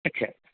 ਅੱਛਾ